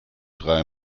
drei